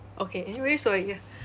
okay anyway so ya